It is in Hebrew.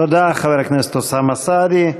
תודה, חבר הכנסת אוסאמה סעדי.